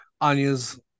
Anya's